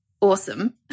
awesome